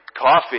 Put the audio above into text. Coffee